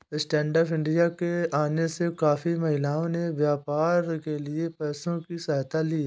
stand up India के आने से काफी महिलाओं ने व्यापार के लिए पैसों की सहायता ली है